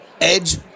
edge